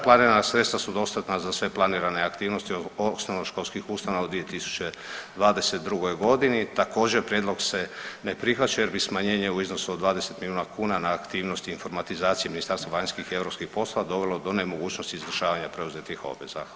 Planirana sredstva su dostatna za sve planirane aktivnosti osnovnoškolskih ustanova u 2022. g. Također, prijedlog se ne prihvaća jer bi smanjenje u iznosu od 20 milijuna kuna na aktivnosti informatizacije Ministarstva vanjskih i europskih poslova dovelo do nemogućnosti izvršavanja preuzetih obaveza.